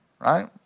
right